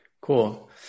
Cool